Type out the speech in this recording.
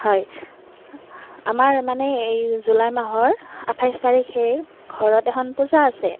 হয় আমাৰ মানে এই জুলাই মাহৰ আঠাইছ তাৰিখে ঘৰত এখন পূজা আছে